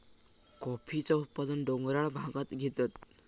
कॉफीचा उत्पादन डोंगराळ भागांत घेतत